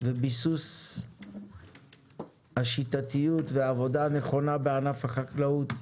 וביסוס השיטתיות והעבודה הנכונה בענף החקלאות.